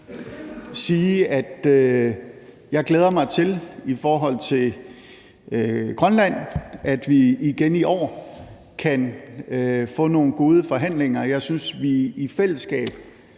sige, at jeg i forhold til Grønland glæder mig til, at vi igen i år kan få nogle gode forhandlinger. Jeg synes, at vi i fællesskab